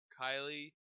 Kylie